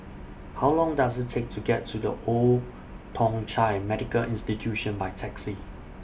How Long Does IT Take to get to The Old Thong Chai Medical Institution By Taxi